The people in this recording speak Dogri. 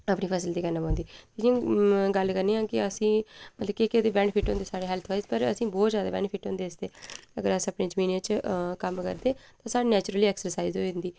अपनी फसल दी करना पौंदी जि'यां गल्ल करने आं कि असें ई मतलब कि केह् केह् एह्दे बैनीफिट होंदे साढ़ी हैल्थ ताईं पर असें ई बहुत जैदा बैनिफिट होंदे इसदे अगर अस अपनी जमीनें च कम्म करदे ते साढ़े नैचुरली ऐक्सरसाइज होई जंदी